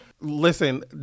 Listen